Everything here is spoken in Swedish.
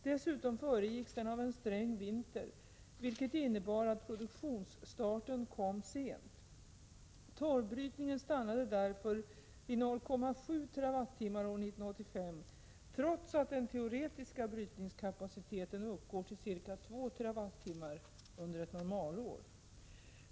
Dessutom föregicks den av en sträng vinter, vilket innebar att produktionsstarten kom sent. Torvbrytningen stannade därför vid 0,7 TWh år 1985, trots att den teoretiska brytningskapaciteten uppgår till ca 2 TWh under ett normalår.